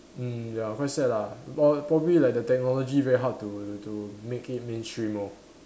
mm ya quite sad lah but probably like the technology very hard to to make it mainstream lor